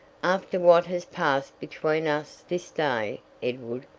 after what has passed between us this day, edward,